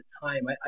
time